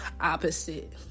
opposite